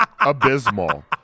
abysmal